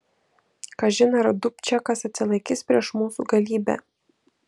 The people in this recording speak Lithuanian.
kažin ar dubčekas atsilaikys prieš mūsų galybę